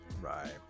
Right